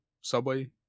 subway